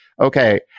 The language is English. okay